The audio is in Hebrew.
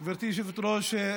גברתי היושבת-ראש,